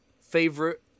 favorite